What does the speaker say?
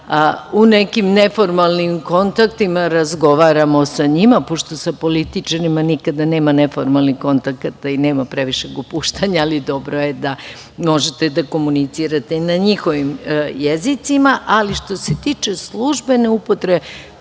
u nekim ne formalnim kontaktima razgovaramo sa njima, pošto sa političarima nikada nema neformalnih kontakata i nema previše opuštanja, ali dobro je da možete da komunicirate na njihovim jezicima. Što se tiče službene upotrebe,